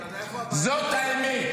זאת האמת.